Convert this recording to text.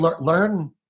learn –